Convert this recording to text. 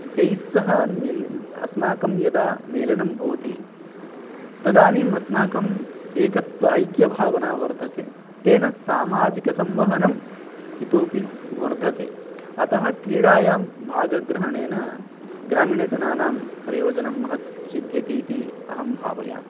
तैस्सह मिल् अस्माकं यदा मेलनं भवति तदानीम् अस्माकम् एकत्व ऐक्यभावना वर्धते तेन सामाजिकसंवहनम् इतोपि वर्धते अतः क्रीडायां भागग्रहणेन ग्रामीणजनानां प्रयोजनं महत् सिद्ध्यति इति अहं भावयामि